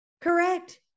Correct